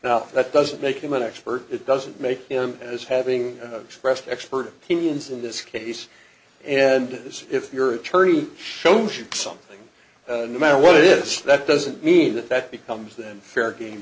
now that doesn't make him an expert it doesn't make him as having expressed expert opinions in this case and is if your attorney shows you something no matter what this that doesn't mean that that becomes then fair game